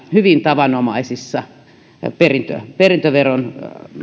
hyvin tavanomaisissa perintöveron